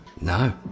No